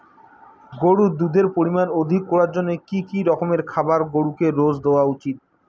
গরুর দুধের পরিমান অধিক করার জন্য কি কি রকমের খাবার গরুকে রোজ দেওয়া উচিৎ?